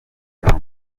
yombi